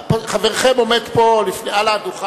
חברכם עומד פה על הדוכן.